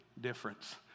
difference